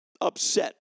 upset